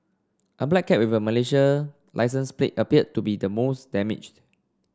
a black car with a Malaysian licence plate appeared to be the most damaged